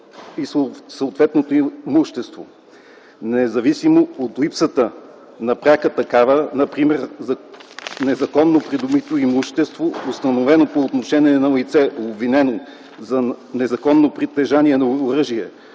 и съответното имущество, независимо от липсата на пряка такава - например незаконно придобито имущество, установено по отношение на лице, обвинено за незаконно притежание на оръжие